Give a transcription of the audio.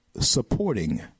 supporting